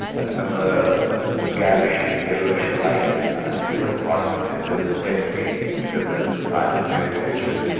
i remember ah garish, yellowish light in the compartment, and there was a deathly stillness, a silence, great tension.